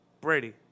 Brady